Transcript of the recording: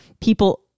people